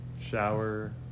shower